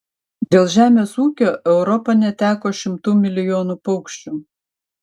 dėl žemės ūkio europa neteko šimtų milijonų paukščių